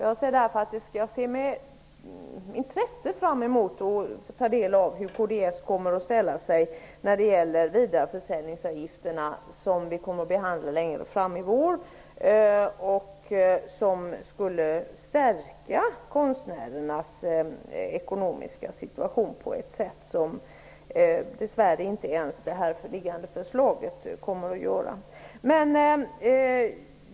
Jag ser därför med intresse fram emot att få ta del av kds ståndpunkter när det gäller vidareförsäljningsavgifterna, som vi kommer att behandla längre fram i vår och som skulle stärka konstnärernas ekonomiska situation på ett sätt som dess värre inte ens det nu liggande förslaget kommer att göra.